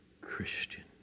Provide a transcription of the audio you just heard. Christian